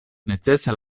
necese